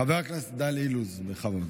חבר הכנסת דן אילוז, בכבוד.